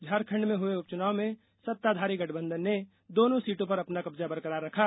झारखंड में हुए उपचुनाव में सत्ताधारी गठबंधन ने दोनों सीटों पर अपना कब्जा बरकरार रखा